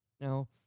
Now